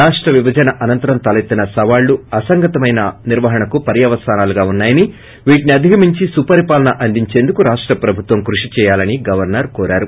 రాష్ట విభజన అనంతరం తలెత్తిన సవాళ్లు అసంగతమైన నిర్వహణకు పర్యవసానాలుగా ఉన్సాయని వీటిని అదిగమించి సుపరిపాలన అందించేందుకు రాష్ట ప్రభుత్వం కృషి చేయాలని గవర్నర్ కోరారు